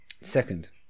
second